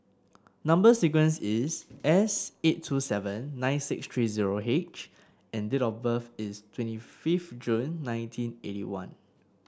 number sequence is S eight two seven nine six three zero H and date of birth is twenty fifth June nineteen eighty one